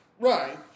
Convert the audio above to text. Right